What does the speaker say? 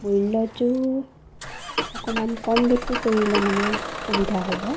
মূল্যটো অকণমান কম বেছি কৰিলে মানে সূবিধা হ'ব